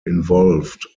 involved